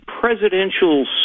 presidential